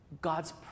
God's